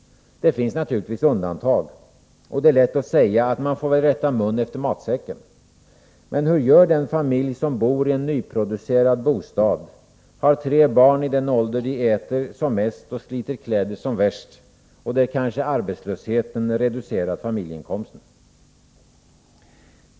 Det finns naturligtvis undantag. Och det är lätt att säga att man väl får rätta mun efter matsäcken. Men hur gör den familj som bor i en nyproducerad bostad, har tre barn i den ålder då de äter som | mest och sliter kläder som värst och där kanske arbetslösheten reducerat familjeinkomsten?